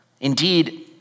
Indeed